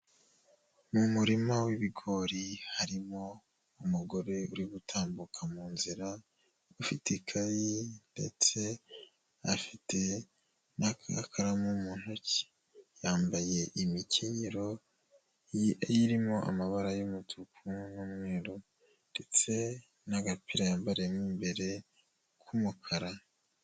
Mu murima w'ibigori harimo umugore uri gutambuka mu nzira ufite ikayi ndetse afite n'agakaramu mu ntoki, yambaye imikenyero irimo amabara y'umutuku n'umweru ndetse n'agapira yambayemo imbere k'umukara.